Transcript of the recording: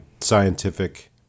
scientific